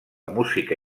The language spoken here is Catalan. música